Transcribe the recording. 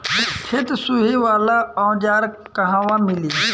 खेत सोहे वाला औज़ार कहवा मिली?